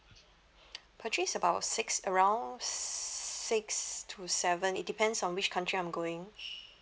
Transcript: purchase about six around six to seven it depends on which country I'm going